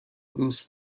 دوست